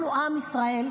אנחנו עם ישראל,